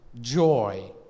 joy